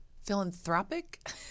Philanthropic